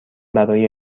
برای